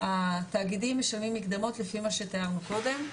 התאגידים משלמים מקדמות לפי מה שתיארנו קודם.